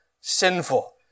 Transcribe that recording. sinful